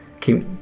keep